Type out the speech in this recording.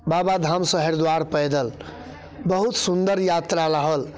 बाबा धामसँ हरिद्वार पैदल बहुत सुन्दर यात्रा रहल